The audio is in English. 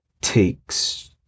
takes